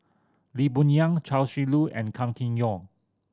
Lee Boon Yang Chia Shi Lu and Kam Kee Yong